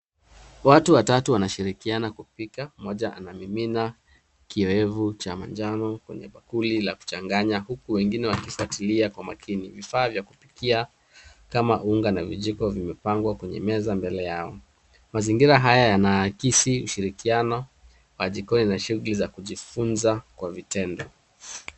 Watu watatu wanashirikiana kupika moja anamimina kioefu cha manjano kwenye bakuli ya kuchanganya huku wengine wakisajilia kwa umakini. Vifaa vya kupikia kama unga na vijiko vimepangwa kwenye meza mbele yao. Mazingira haya yanaakisi ushirikiano wa jiko kwa kujifunza na vitendo.